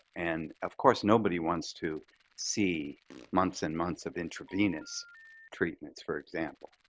and of course, nobody wants to see months and months of intravenous treatments, for example,